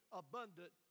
abundant